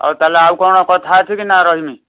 ଆଉ ତାହେଲେ ଆଉ କଣ କଥା ଅଛିକି ନା ରହିମି